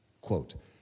Quote